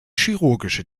chirurgische